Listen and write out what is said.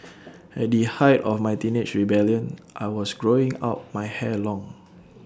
at the height of my teenage rebellion I was growing out my hair long